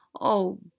Oh